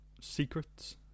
Secrets